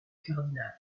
cardinal